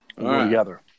together